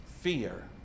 fear